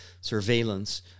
surveillance